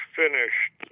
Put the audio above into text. finished